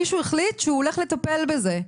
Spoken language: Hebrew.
מישהו החליט שהוא הולך לטפל בזה,